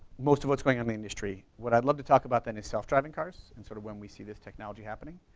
most of what's going on in the industry. what i'd love to talk about then is self driving cars and sort of when we see this technology happening.